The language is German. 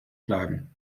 bleiben